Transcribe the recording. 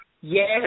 Yes